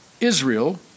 Israel